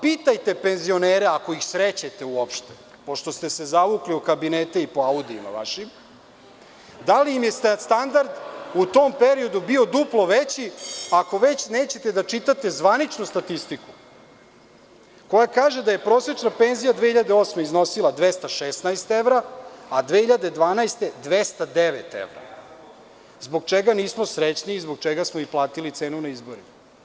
Pitajte penzionere, ako ih srećete uopšte, pošto ste se zavukli u kabinete i po audijima vašim, da li im je standard u tom periodu bio duplo veći, ako već nećete da čitate zvaničnu statistiku koja kaže da je prosečna penzija 2008. iznosila 216 evra, a 2012. godine – 209 evra; zbog čega nismo srećni i zbog čega smo i platili cenu na izborima.